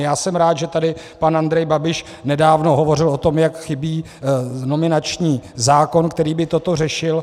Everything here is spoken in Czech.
Já jsem rád, že tady pan Andrej Babiš nedávno hovořil o tom, jak chybí nominační zákon, který by toto řešil.